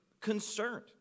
concerned